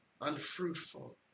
Unfruitful